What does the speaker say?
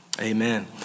Amen